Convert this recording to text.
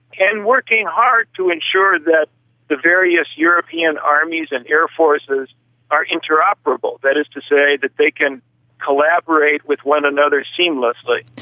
and working hard to ensure that the various european armies and air forces are interoperable. that is to say that they can collaborate with one another seamlessly.